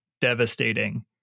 devastating